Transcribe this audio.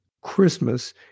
Christmas